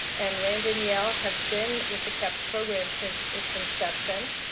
and rand and yale have been with the cahps program since its inception.